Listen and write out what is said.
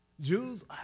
Jews